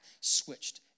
switched